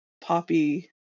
poppy